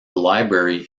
library